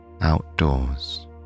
outdoors